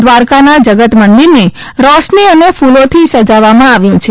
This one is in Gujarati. દ્વારકાના જગત મંદિરને રોશનાઇ અને ફ્લોથી સજાવવામાં આવ્યું છે